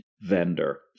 vendor